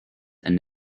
and